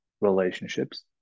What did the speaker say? relationships